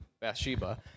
Bathsheba